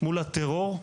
מול הטרור,